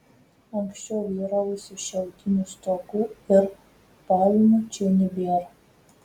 anksčiau vyravusių šiaudinių stogų ir palmių čia nebėra